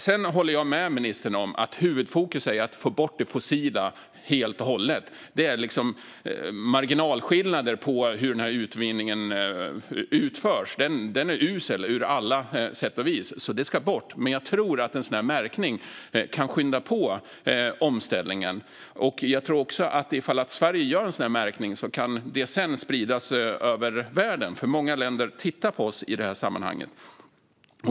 Sedan håller jag med ministern om att huvudfokus är att få bort det fossila helt och hållet. Det är marginalskillnader i hur utvinningen utförs. Den är usel på alla sätt och vis, så den ska bort. Jag tror att en märkning kan skynda på omställningen. Jag tror också att ifall Sverige gör en sådan märkning kan det sedan spridas över världen, för många länder tittar på oss i detta sammanhang.